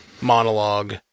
monologue